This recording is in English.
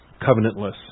covenantless